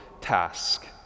task